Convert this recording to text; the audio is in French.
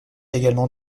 également